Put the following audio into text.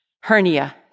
hernia